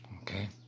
Okay